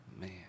Man